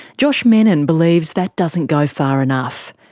josh mennen believes that doesn't go far enough.